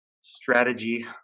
strategy